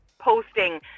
posting